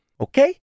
okay